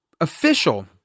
official